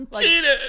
Cheated